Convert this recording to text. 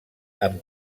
amb